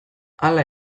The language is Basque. hala